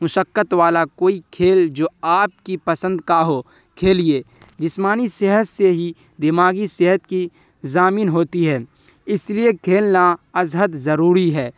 مشقت والا کوئی کھیل جو آپ کی پسند کا ہو کھیلیے جسمانی صحت سے ہی دماغی صحت کی ضامن ہوتی ہے اس لیے کھیلنا از حد ضروری ہے